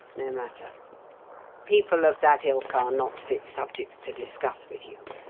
no matter people of that ilk are not fit subjects to discuss with you.